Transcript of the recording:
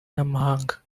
n’amahanga